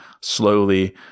slowly